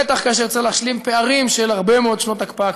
בטח כאשר צריך להשלים פערים של הרבה מאוד שנות הקפאה,